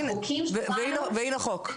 החוקים שלנו --- והנה חוק.